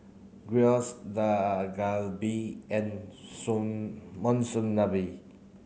Gyros Dak Galbi and Monsunabe